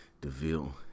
DeVille